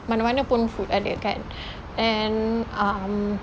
mana-mana pun food ada kan and um